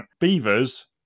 beavers